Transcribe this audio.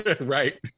right